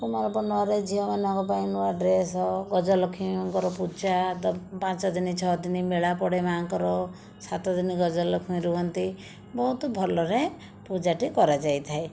କୁମାରପୂର୍ଣ୍ଣିମାରେ ଝିଅମାନଙ୍କପାଇଁ ନୂଆ ଡ୍ରେସ୍ ଗଜଲକ୍ଷ୍ମୀଙ୍କର ପୂଜା ତ ପାଞ୍ଚଦିନ ଛଅଦିନ ମେଳାପଡ଼େ ମାଙ୍କର ସାତଦିନ ଗଜଲକ୍ଷ୍ମୀ ରୁହନ୍ତି ବହୁତ ଭଲରେ ପୂଜାଟି କରାଯାଇଥାଏ